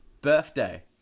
birthday